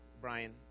Brian